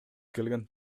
келген